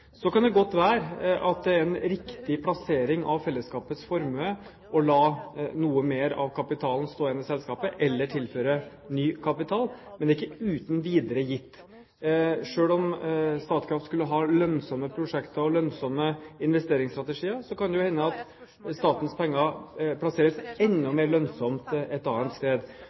Så kan det godt være at det er en riktig plassering av fellesskapets formue å la noe mer av kapitalen stå igjen i selskapet eller tilføre ny kapital, men det er ikke uten videre gitt. Selv om Statkraft skulle ha lønnsomme prosjekter og lønnsomme investeringsstrategier, kan det hende at statens penger plasseres enda mer lønnsomt et annet sted.